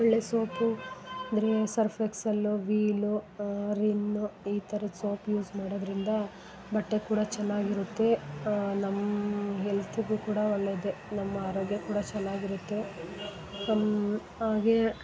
ಒಳ್ಳೆಯ ಸೋಪು ಅಂದರೆ Surf Excel Wheel Rin ಈ ಥರದ ಸೋಪ್ ಯೂಸ್ ಮಾಡೋದರಿಂದ ಬಟ್ಟೆ ಕೂಡ ಚೆನ್ನಾಗಿರುತ್ತೆ ನಮ್ಮ ಹೆಲ್ತಿಗೆ ಕೂಡ ಒಳ್ಳೆಯದೆ ನಮ್ಮ ಆರೋಗ್ಯ ಕೂಡ ಚೆನ್ನಾಗಿರುತ್ತೆ ಹಾಗೆ